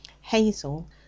Hazel